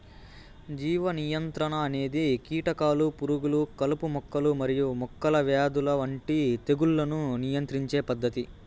జీవ నియంత్రణ అనేది కీటకాలు, పురుగులు, కలుపు మొక్కలు మరియు మొక్కల వ్యాధుల వంటి తెగుళ్లను నియంత్రించే పద్ధతి